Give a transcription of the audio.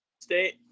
State